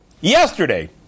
Yesterday